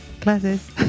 classes